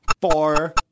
four